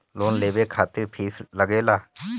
Loan लेवे खातिर fees लागेला?